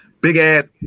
big-ass